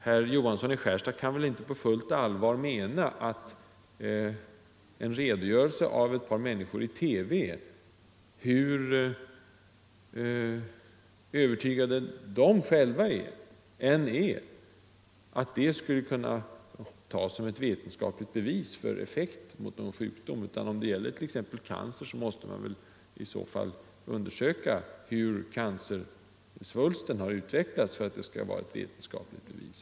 Herr Johansson i Skärstad kan väl inte på fullt allvar mena att en redogörelse som ett par människor lämnar i TV — hur övertygade de själva än är — skulle kunna tas som ett vetenskapligt bevis för effekten mot någon sjukdom. Om det gäller exempelvis cancer måste man väl undersöka hur cancersvulsten har utvecklats för att det skall vara ett vetenskapligt bevis.